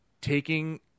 taking